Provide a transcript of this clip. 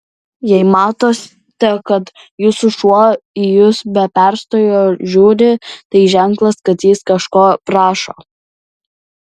jei matote kad jūsų šuo į jus be perstojo žiūri tai ženklas kad jis kažko prašo